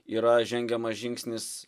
yra žengiamas žingsnis